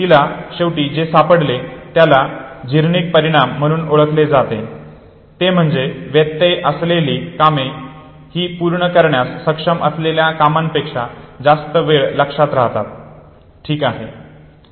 तिला शेवटी जे सापडले त्याला आता झिगार्निक परिणाम म्हणून ओळखले जाते ते म्हणजे व्यत्यय आणलेली कामे ही पूर्ण करण्यास सक्षम असलेल्या कामांपेक्षा जास्त वेळ लक्षात राहतात ठीक आहे